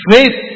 Faith